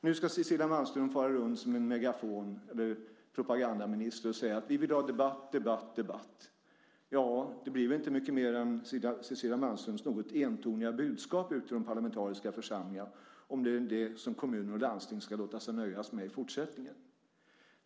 Nu ska Cecilia Malmström fara runt som en megafon eller propagandaminister och säga att vi vill ha debatt, debatt, debatt. Ja, det blir väl inte mycket mer än Cecilias Malmströms något entoniga budskap ute i de parlamentariska församlingarna om det är det som kommuner och landsting ska låta sig nöja med i fortsättningen.